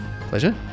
Pleasure